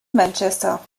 manchester